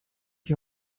die